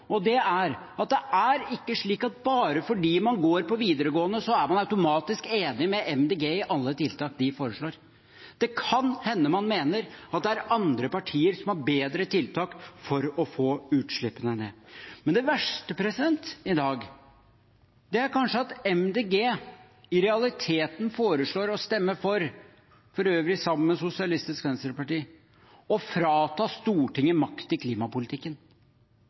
at det er ikke slik at bare fordi man går på videregående, så er man automatisk enig med Miljøpartiet De Grønne i alle tiltak de foreslår. Det kan hende man mener at det er andre partier som har bedre tiltak for å få utslippene ned. Men det verste i dag er kanskje at Miljøpartiet De Grønne i realiteten foreslår – for øvrig sammen med Sosialistisk Venstreparti – å stemme for å frata Stortinget makt i klimapolitikken.